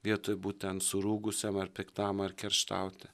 vietoj būtent surūgusiam ar piktam ar kerštauti